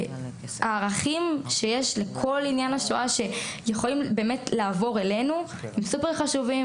הערכים שיש לכל עניין השואה שיכולים לעבור אלינו הם סופר חשובים.